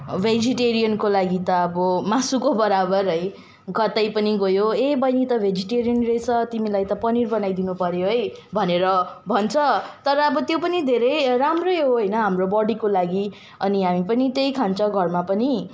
भेजिटेरियनको लागि त अब मासुको बराबर है कतै पनि गयो ए बहिनी त भेजिटेरियन रहेछ तिमीलाई त पनिर बनाइदिनु पऱ्यो है भनेर भन्छ तर अब त्यो पनि धेरै राम्रै हो होइन हाम्रो बडीको लागि अनि हामी पनि त्यही खान्छ घरमा पनि